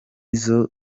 izo